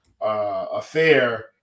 affair